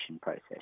process